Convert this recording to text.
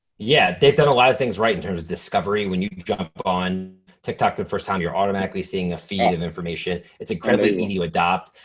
yeah, they've done a lot of things right in terms of discovery. when you can jump on tiktok the first time you're automatically seeing a feed of information. it's incredibly easy to adopt.